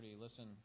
Listen